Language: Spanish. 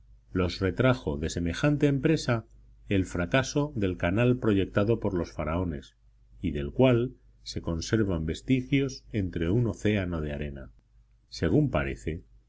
los retrajo de semejante empresa el fracaso del canal proyectado por los faraones y del cual se conservan vestigios entre un océano de arena según parece